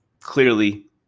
clearly